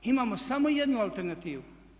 Imamo samo jednu alternativu.